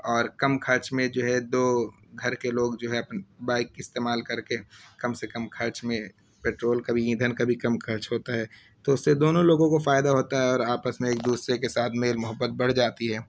اور کم خرچ میں جو ہے دو گھر کے لوگ جو ہے بائیک استعمال کر کے کم سے کم خرچ میں پیٹرول کا بھی ایندھن کا بھی کم خرچ ہوتا ہے تو اس سے دونوں لوگوں کو فائدہ ہوتا ہے اور آپس میں ایک دوسرے کے ساتھ میل محبت بڑھ جاتی ہے